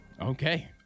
okay